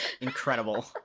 incredible